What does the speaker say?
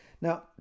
now